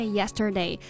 yesterday